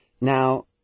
Now